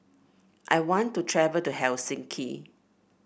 I want to travel to Helsinki